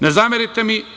Ne zamerite mi.